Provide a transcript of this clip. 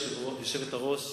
חזק וברוך.